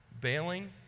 bailing